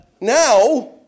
now